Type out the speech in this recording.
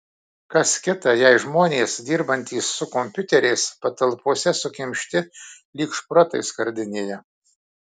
kas kita jei žmonės dirbantys su kompiuteriais patalpose sukimšti lyg šprotai skardinėje